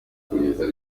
kugeza